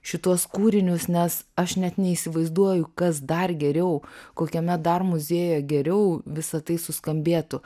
šituos kūrinius nes aš net neįsivaizduoju kas dar geriau kokiame dar muziejuje geriau visa tai suskambėtų